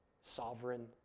Sovereign